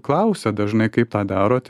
klausia dažnai kaip tą darote